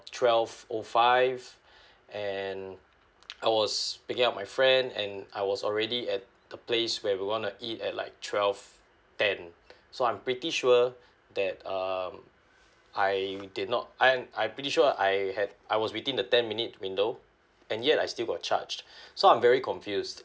twelve O five and I was picking up my friend and I was already at the place where we wanna eat at like twelve ten so I'm pretty sure that um I did not I I pretty sure I had I was within the ten minute window and yet I still got charged so I'm very confused